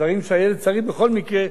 דברים שהילד צריך בכל מקרה,